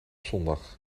zondag